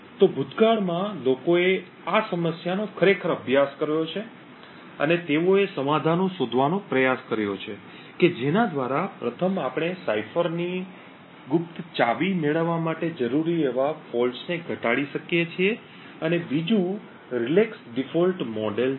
તો ભૂતકાળ માં લોકોએ આ સમસ્યાનો ખરેખર અભ્યાસ કર્યો છે અને તેઓએ સમાધાનો શોધવાનો પ્રયાસ કર્યો છે કે જેના દ્વારા પ્રથમ આપણે સાઇફરની ગુપ્ત ચાવી મેળવવા માટે જરૂરી એવા દોષોને ઘટાડી શકીએ છીએ અને બીજું relax Default મોડેલ છે